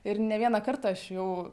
ir ne vieną kartą aš jau